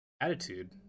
attitude